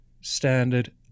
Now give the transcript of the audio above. standard